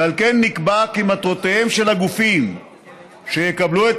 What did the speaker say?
ועל כן נקבע כי מטרותיהם של הגופים שיקבלו את